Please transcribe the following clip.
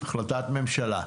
החלטת ממשלה.